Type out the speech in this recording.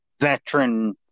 veteran